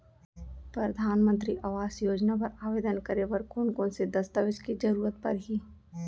परधानमंतरी आवास योजना बर आवेदन करे बर कोन कोन से दस्तावेज के जरूरत परही?